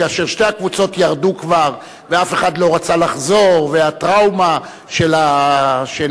כאשר שתי הקבוצות ירדו כבר ואף אחד לא רצה לחזור והטראומה של האזעקה,